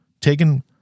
Taken